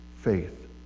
faith